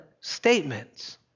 statements